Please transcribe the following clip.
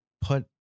put